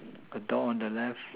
a door on the left